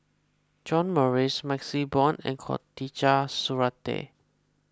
John Morrice MaxLe Blond and Khatijah Surattee